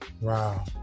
Wow